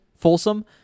Folsom